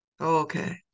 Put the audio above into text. Okay